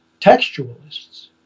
textualists